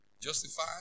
Justified